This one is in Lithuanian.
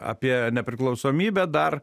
apie nepriklausomybę dar